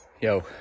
yo